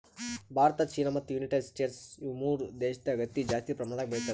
Bharat China ಮತ್ತ್ United States ಇವ್ ಮೂರ್ ದೇಶದಾಗ್ ಹತ್ತಿ ಜಾಸ್ತಿ ಪ್ರಮಾಣದಾಗ್ ಬೆಳಿತದ್